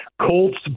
Colts